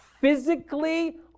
physically